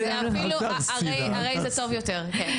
זה אפילו הרי זה טוב יותר.